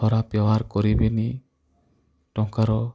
ଖରାପ ବ୍ୟବହାର କରିବେନି ଟଙ୍କାର